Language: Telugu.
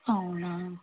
అవునా